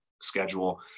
schedule